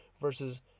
versus